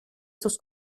sus